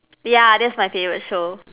ya that's my favorite show